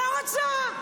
לא רוצה.